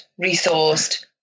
resourced